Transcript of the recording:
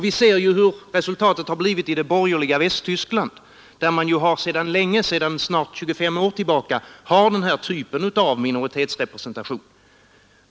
Vi ser ju hur resultatet har blivit i det borgerliga Västtyskland, där man sedan snart 25 år har den här typen av minoritetsrepresentation.